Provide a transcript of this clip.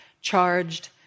charged